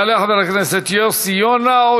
יעלה חבר כנסת יוסי יונה,